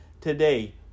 today